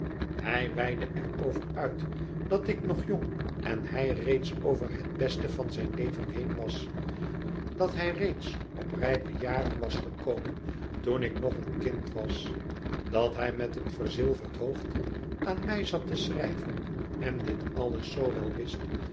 hij weidde er over uit dat ik nog jong en hij reeds over het beste van zijn leven heen was dat hij reeds op rijpe jaren was gekomen toen ik nog een kind was dat hij met een verzilverd hoofd aan mij zat te schrijven en dit alles zoo wel wist